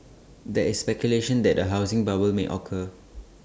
there is speculation that A housing bubble may occur